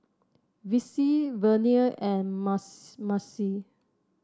Vicy Vernia and Marcie